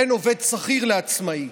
בין עובד שכיר לעצמאי,